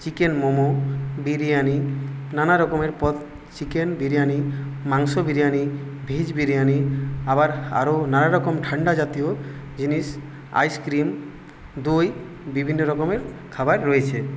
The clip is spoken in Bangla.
চিকেন মোমো বিরিয়ানি নানারকমের পদ চিকেন বিরিয়ানি মাংস বিরিয়ানি ভেজ বিরিয়ানি আবার আরো নানারকম ঠান্ডা জাতীয় জিনিস আইসক্রীম দই বিভিন্ন রকমের খাবার রয়েছে